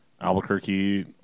Albuquerque